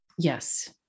Yes